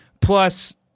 Plus